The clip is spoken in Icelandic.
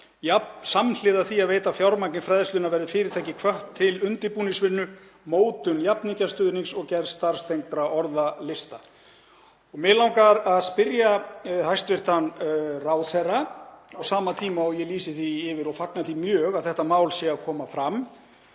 að samhliða því að veita fjármagni í fræðsluna verði fyrirtæki hvött til undirbúningsvinnu, mótunar jafningjastuðnings og gerðar starfstengdra orðalista. Mig langar að spyrja hæstv. ráðherra, á sama tíma og ég fagna því mjög að þetta mál sé að koma fram,